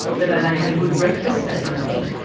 whether had a good breakfast that morning,